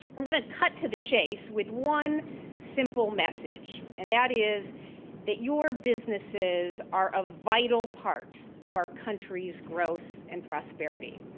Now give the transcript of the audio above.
i'm going to cut to the chase with one simple message and that is that your businesses are a vital part of our country's growth and prosperity.